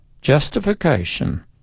Justification